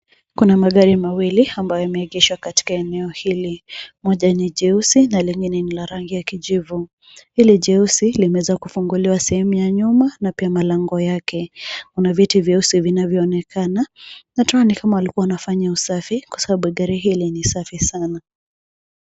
Kuna magari mawili, ambayo yameegeshwa katika eneo hili. Moja ni jeusi na lingine ni la rangi ya kijivu. Hili jeusi limeweza kufunguliwa sehemu ya nyuma, na pia malango yake. Kuna viti vyeusi vinavyoonekana, na tunaona ni kama walikuwa wanafanya usafi, kwa sababu gari hili ni safi sana.